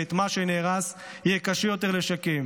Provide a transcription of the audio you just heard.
ואת מה שנהרס יהיה קשה יותר לשקם.